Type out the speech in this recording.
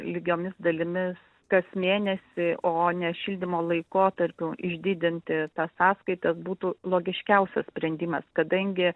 lygiomis dalimis kas mėnesį o ne šildymo laikotarpiu išdidinti tas sąskaitas būtų logiškiausias sprendimas kadangi